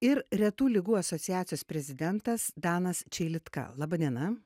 ir retų ligų asociacijos prezidentas danas čeilitka laba diena